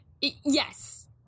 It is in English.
Yes